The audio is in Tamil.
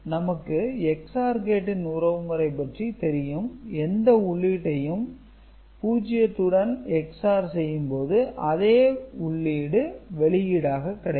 நமக்கு XOR கேட்டின் உறவுமுறை பற்றி தெரியும் எந்த உள்ளீட்டையும் 0 உடன் XOR செய்யும்போது அதே உள்ளீடு வெளியீடாக கிடைக்கும்